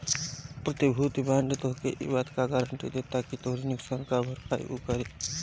प्रतिभूति बांड तोहके इ बात कअ गारंटी देत बाकि तोहरी नुकसान कअ भरपाई उ करी